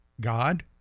God